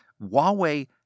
Huawei